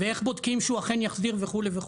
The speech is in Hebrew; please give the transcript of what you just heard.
ואיך בודקים שהוא אכן יחזיר וכולי.